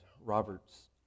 Robert's